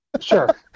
Sure